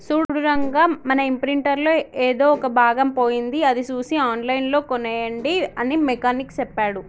సూడు రంగా మన ఇంప్రింటర్ లో ఎదో ఒక భాగం పోయింది అది సూసి ఆన్లైన్ లో కోనేయండి అని మెకానిక్ సెప్పాడు